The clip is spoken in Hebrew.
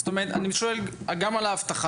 זאת אומרת אני שואל גם על האבטחה,